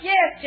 Yes